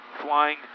flying